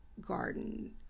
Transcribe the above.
garden